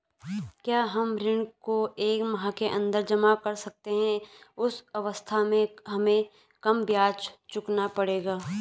क्या हम ऋण को एक माह के अन्दर जमा कर सकते हैं उस अवस्था में हमें कम ब्याज चुकाना पड़ेगा?